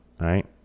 right